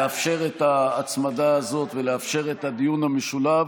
לאפשר את ההצמדה הזאת ולאפשר את הדיון המשולב,